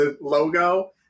logo